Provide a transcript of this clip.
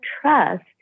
trust